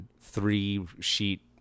three-sheet